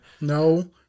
No